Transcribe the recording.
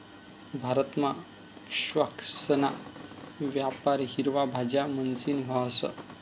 भारतमा स्क्वैशना वापर हिरवा भाज्या म्हणीसन व्हस